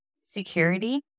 security